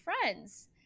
friends